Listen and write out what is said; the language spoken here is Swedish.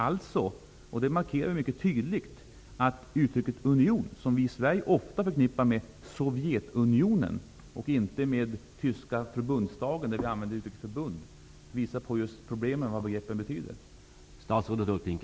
Det här markerar mycket tydligt att uttrycket union i Sverige ofta förknippas med Förbundsdagen -- där just uttrycket förbund används. Det här visar på problemen med begreppens betydelse.